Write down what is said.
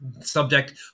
subject